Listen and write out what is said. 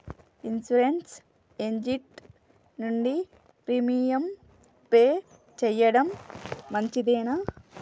Insurance agent నుండి premium pay చేయడం మంచిదేనా?